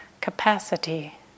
capacity